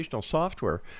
software